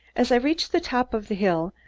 as i reached the top of the hill,